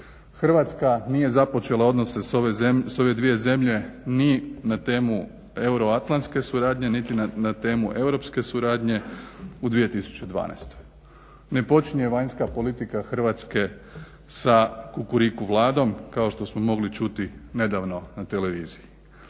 Hrvatska nije započela odnose sa ove dvije zemlje ni na temu Euroatlantske suradnje niti na temu europske suradnje u 2012. Ne počinje vanjska politika Hrvatske sa Kukuriku Vladom kao što smo mogli čuti nedavno na televiziji.